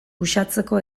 uxatzeko